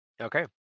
Okay